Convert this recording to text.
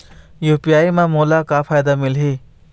UPI म मोला का फायदा मिलही?